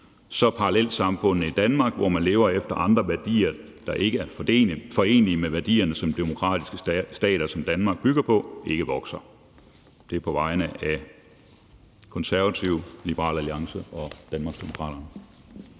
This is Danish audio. så parallelsamfundene i Danmark, hvor man lever efter andre værdier, der ikke er forenelige med værdierne, som demokratiske stater som Danmark bygger på, ikke vokser.« (Forslag til vedtagelse nr. V 62).